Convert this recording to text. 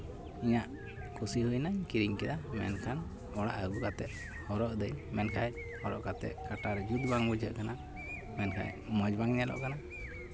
ᱤᱧᱟᱹᱜ ᱠᱩᱥᱤ ᱦᱩᱭᱱᱟ ᱠᱤᱨᱤᱧ ᱠᱮᱫᱟ ᱢᱮᱱᱠᱷᱟᱱ ᱚᱲᱟᱜ ᱟᱹᱜᱩ ᱠᱟᱛᱮᱫ ᱦᱚᱨᱚᱜ ᱫᱟᱹᱧ ᱢᱮᱱᱠᱷᱟᱡ ᱦᱚᱨᱚᱜ ᱠᱟᱛᱮᱫ ᱠᱟᱴᱟᱨᱮ ᱡᱩᱛ ᱵᱟᱝ ᱵᱩᱡᱷᱟᱹᱜ ᱠᱟᱱᱟ ᱢᱮᱱᱠᱷᱟᱡ ᱢᱚᱡᱽ ᱵᱟᱝ ᱧᱮᱞᱚᱜ ᱠᱟᱱᱟ